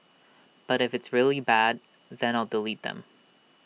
but if it's really very bad then I'll delete them